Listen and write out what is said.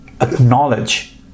acknowledge